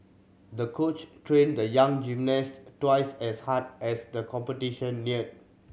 the coach trained the young gymnast twice as hard as the competition neared